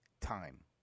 time